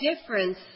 difference